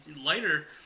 lighter